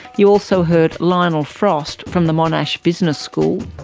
you also heard lionel frost from the monash business school,